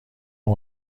تند